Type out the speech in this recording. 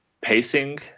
pacing